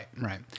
right